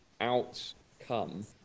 outcome